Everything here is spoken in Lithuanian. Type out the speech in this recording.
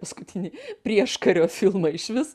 paskutinį prieškario filmą išvis